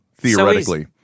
theoretically